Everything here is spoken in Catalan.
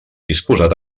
disposat